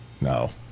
No